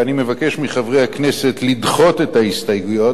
ואני מבקש מחברי הכנסת לדחות את ההסתייגויות,